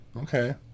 Okay